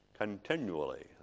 Continually